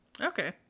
Okay